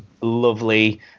lovely